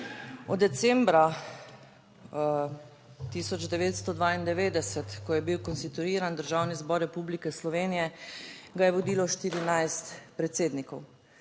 Od decembra 1992, ko je bil konstituiran Državni zbor Republike Slovenije, ga je vodilo 14 predsednikov,